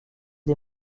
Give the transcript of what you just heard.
des